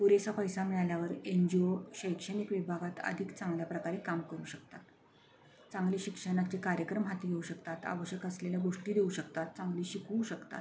पुरेसा पैसा मिळाल्यावर एन जी ओ शैक्षणिक विभागात अधिक चांगल्या प्रकारे काम करू शकतात चांगले शिक्षणाचे कार्यक्रम हाती घेऊ शकतात आवश्यक असलेल्या गोष्टी देऊ शकतात चांगले शिकू शकतात